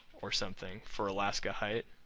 or something for alaska height.